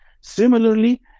Similarly